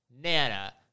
Nana